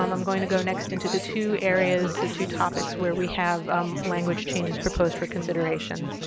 um i'm going to go next into the two areas, the two topics where we have um language changes proposed for consideration.